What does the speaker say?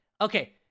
okay